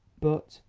but,